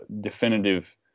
definitive